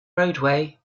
roadway